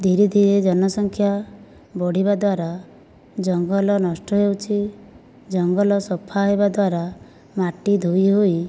ଧୀରେ ଧୀରେ ଜନସଂଖ୍ୟା ବଢ଼ିବା ଦ୍ୱାରା ଜଙ୍ଗଲ ନଷ୍ଟ ହେଉଛି ଜଙ୍ଗଲ ସଫା ହେବା ଦ୍ୱାରା ମାଟି ଧୋଇହେଇ